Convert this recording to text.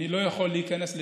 אני לא יכול להיכנס,